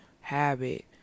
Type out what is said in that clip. habit